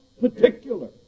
particular